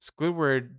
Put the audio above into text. Squidward